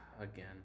Again